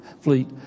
fleet